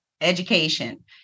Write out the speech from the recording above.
education